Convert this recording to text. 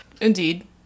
indeed